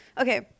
Okay